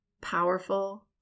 powerful